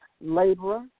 laborer